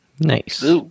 Nice